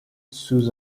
sous